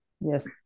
Yes